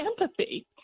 empathy